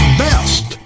best